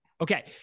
Okay